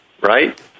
right